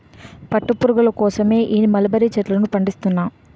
పట్టు పురుగుల కోసమే ఈ మలబరీ చెట్లను పండిస్తున్నా